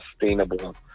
sustainable